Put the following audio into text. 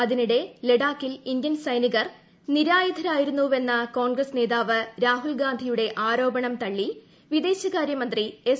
അതിനിടെ ലഡാക്കിൽ ഇന്ത്യൻ സൈനികർ നിരായുധരായിരുന്നുവെന്ന കോൺഗ്രസ് നേതാവ് രാഹുൽഗാന്ധിയുടെ ആരോപണം തള്ളി വിദേശകാരൃമന്ത്രി എസ്